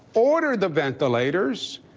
order the ventilators,